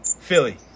Philly